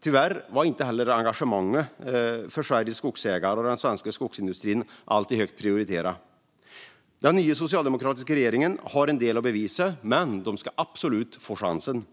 Tyvärr var inte heller engagemanget för Sveriges skogsägare och den svenska skogsindustrin alltid högt prioriterat. Den nya socialdemokratiska regeringen har en del att bevisa, men den ska absolut få chansen.